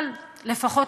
אבל לפחות,